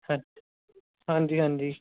ਹ ਹਾਂਜੀ ਹਾਂਜੀ